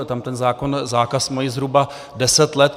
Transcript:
Tam ten zákaz mají zhruba deset let.